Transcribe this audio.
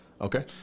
Okay